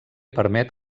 permet